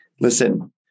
listen